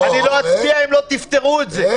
אני לא אצביע אם לא תפתרו את זה.